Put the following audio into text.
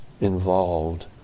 involved